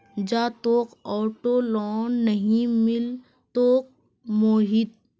जा, तोक auto loan नइ मिलतोक मोहित